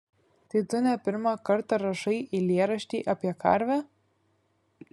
tai tu ne pirmą kartą rašai eilėraštį apie karvę